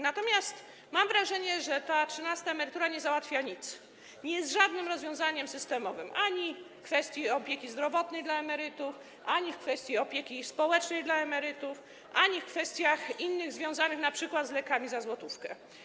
Natomiast mam wrażenie, że ta 13. emerytura nic nie załatwia, nie jest żadnym rozwiązaniem systemowym - ani w kwestii opieki zdrowotnej dla emerytów, ani w kwestii opieki społecznej dla emerytów, ani w innych kwestiach, związanych np. z lekami za złotówkę.